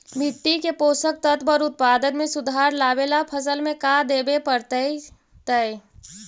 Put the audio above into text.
मिट्टी के पोषक तत्त्व और उत्पादन में सुधार लावे ला फसल में का देबे पड़तै तै?